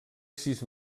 sis